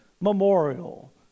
memorial